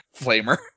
Flamer